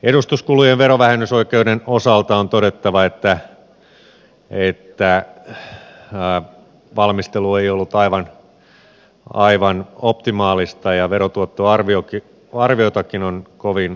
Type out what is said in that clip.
edustuskulujen verovähennysoikeuden osalta on todettava että valmistelu ei ollut aivan optimaalista ja verotuottoarvioitakin on kovin kritisoitu